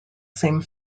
same